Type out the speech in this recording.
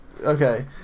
Okay